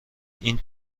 این